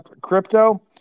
Crypto